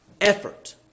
effort